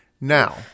Now